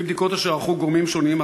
לפי בדיקות אשר ערכו גורמים שונים,